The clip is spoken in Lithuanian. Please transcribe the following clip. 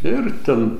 ir ten